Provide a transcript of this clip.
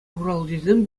хуралҫисем